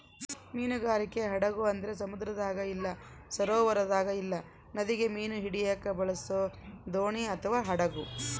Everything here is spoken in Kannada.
ಮೀನುಗಾರಿಕೆ ಹಡಗು ಅಂದ್ರ ಸಮುದ್ರದಾಗ ಇಲ್ಲ ಸರೋವರದಾಗ ಇಲ್ಲ ನದಿಗ ಮೀನು ಹಿಡಿಯಕ ಬಳಸೊ ದೋಣಿ ಅಥವಾ ಹಡಗು